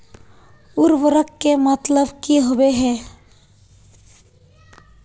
उर्वरक के मतलब की होबे है?